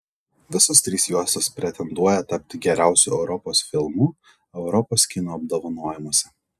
visos trys juostos pretenduoja tapti geriausiu europos filmu europos kino apdovanojimuose